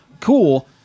Cool